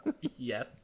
Yes